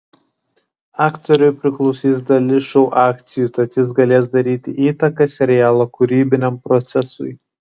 aktoriui priklausys dalis šou akcijų tad jis galės daryti įtaką serialo kūrybiniam procesui